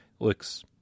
looks